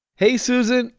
hey, susan.